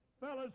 fellas